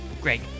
Great